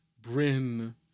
Bryn